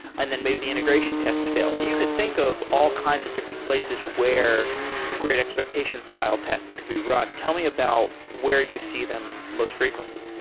and then maybe the integration tests fails. you could think of all kinds of different places where great expectations style tests could be run. tell me about where you see them most frequently.